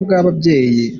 bw’ababyeyi